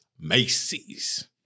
Macy's